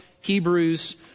Hebrews